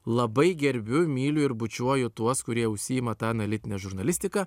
labai gerbiu myliu ir bučiuoju tuos kurie užsiima ta analitine žurnalistika